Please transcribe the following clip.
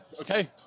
okay